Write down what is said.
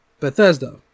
Bethesda